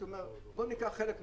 בוא ניקח חלק מהרכבת,